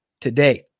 today